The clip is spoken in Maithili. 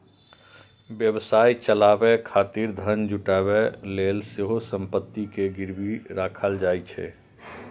व्यवसाय चलाबै खातिर धन जुटाबै लेल सेहो संपत्ति कें गिरवी राखल जाइ छै